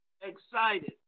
excited